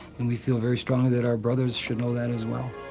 and we feel very strongly that our brothers should know that as well.